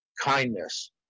kindness